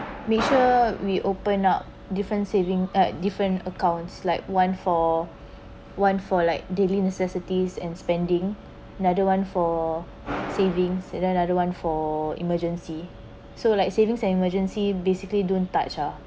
make sure we open up different saving at different accounts like one for one for like daily necessities and spending another [one] for savings and then another one for emergency so like savings and emergency basically don't touch ah